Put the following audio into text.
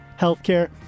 healthcare